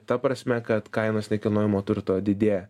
ta prasme kad kainos nekilnojamo turto didėja